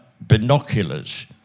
binoculars